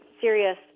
serious